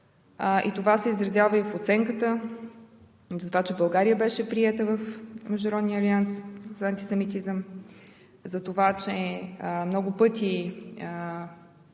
Това се изразява и в оценката за това, че България беше приета в Международния алианс за антисемитизъм, че много пъти